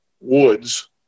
woods